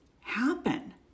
happen